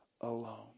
alone